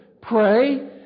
pray